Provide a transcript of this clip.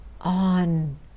on